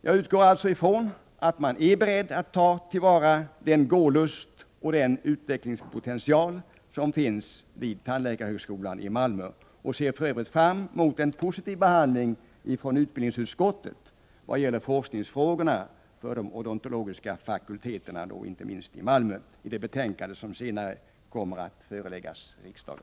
Jag utgår alltså ifrån att man är beredd att ta till vara den gålust och den utvecklingspotential som finns vid tandläkarhögskolan i Malmö och ser för övrigt fram mot en positiv behandling från utbildningsutskottets sida i vad gäller forskningsfrågorna för de odontologiska fakulteterna, inte minst i Malmö, i det betänkande som senare kommer att föreläggas riksdagen.